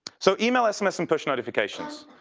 so email and sms and push notifications.